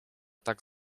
tak